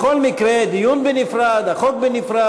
בכל מקרה, דיון בנפרד, כל חוק בנפרד.